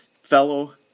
fellow